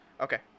Okay